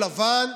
דמעותייך?